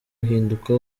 uhinduka